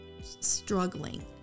struggling